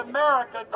America